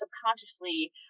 subconsciously